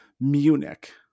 Munich